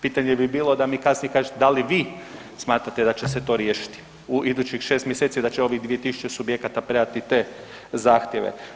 Pitanje bi bilo da mi kasnije kažete da li vi smatrate da će se to riješiti u idućih 6 mjeseci, da će ovih 2 tisuće subjekata predati te zahtjeve?